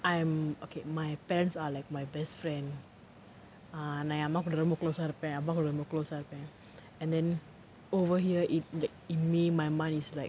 I am okay my parents are like my best friend uh நான் என் அம்மா கூட ரொம்ப:naan en amma kooda romba close ah இருப்பேன் அம்மா கூட ரொம்ப:iruppaen amma kooda romba close ah இருப்பேன்:iruppaen and then over here it y~ it made my அம்மா:amma is like